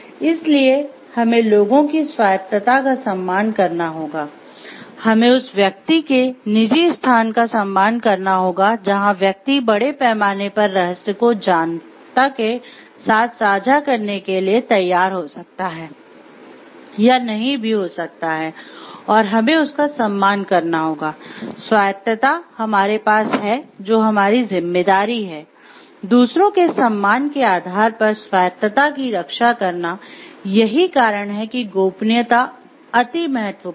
इसलिए हमें लोगों की स्वायत्तता का सम्मान करना होगा हमें उस व्यक्ति के निजी स्थान का सम्मान करना होगा जहां व्यक्ति बड़े पैमाने पर रहस्य को जनता के साथ साझा करने के लिए तैयार हो सकता है या नहीं भी हो सकता है और हमें उसका सम्मान करना होगा स्वायत्तता हमारे पास है जो हमारी जिम्मेदारी है दूसरों के सम्मान के आधार पर स्वायत्तता की रक्षा करना यही कारण है कि गोपनीयता अतिमहत्वपूर्ण है